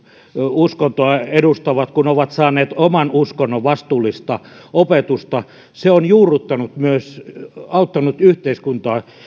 uskontoa edustavat ovat saaneet oman uskonnon vastuullista opetusta se on auttanut myös yhteiskuntaan